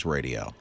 Radio